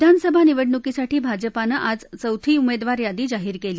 विधानसभा निवडणुकसाठी भाजपानं आज चौथी उमेदवार यादी जाहीर केली